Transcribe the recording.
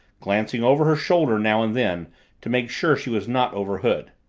glancing over her shoulder now and then to make sure she was not overheard.